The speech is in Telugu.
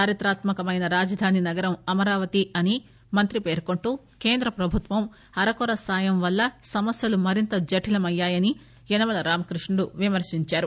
చారిత్రాత్మ కమైన రాజధాని నగరం అమరావతి అని మంత్రి పేర్కొంటూ కేంద్ర ప్రభుత్వం అరకొర సాయం వల్ల సమస్యలు మరింత జఠిలమయ్యాయని యనమల రామకృష్ణుడు విమర్పించారు